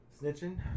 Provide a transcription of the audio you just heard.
Snitching